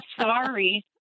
sorry